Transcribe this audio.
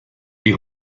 die